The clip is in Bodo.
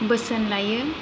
बोसोन लायो